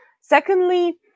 Secondly